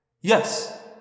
Yes